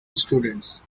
students